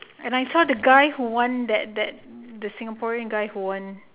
and I saw the guy who won that that the singaporean guy who won